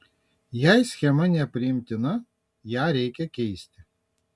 jei schema nepriimtina ją reikia keisti